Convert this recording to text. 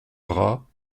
bras